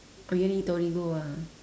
oh you want to eat torigo ah